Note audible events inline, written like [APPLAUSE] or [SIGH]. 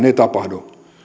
[UNINTELLIGIBLE] ei tapahdu